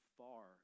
far